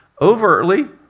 overtly